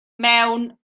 mewn